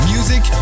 Music